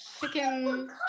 chicken